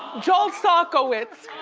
joel socowitz.